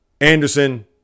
Anderson